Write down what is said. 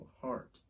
heart